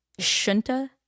Shunta